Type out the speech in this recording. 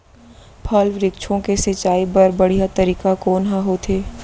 फल, वृक्षों के सिंचाई बर बढ़िया तरीका कोन ह होथे?